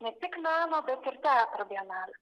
ne tik meno bet ir teatro bienalė